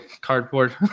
cardboard